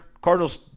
Cardinals